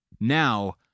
Now